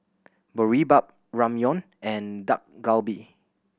Boribap Ramyeon and Dak Galbi